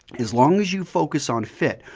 as long as you focus on fit,